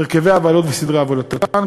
הרכבי הוועדות וסדרי עבודתן.